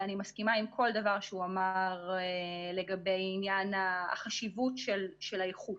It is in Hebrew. ואני מסכימה עם כל דבר שהוא אמר לגבי חשיבות האיכות